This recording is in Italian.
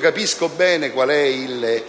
Capisco bene qual è il